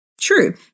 true